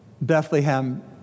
Bethlehem